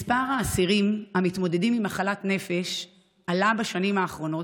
מספר האסירים המתמודדים עם מחלת נפש עלה בשנים האחרונות,